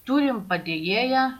turim padėjėją